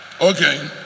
Okay